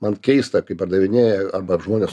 man keista kai pardavinėja arba žmonės